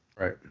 right